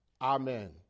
Amen